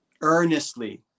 Earnestly